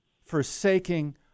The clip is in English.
forsaking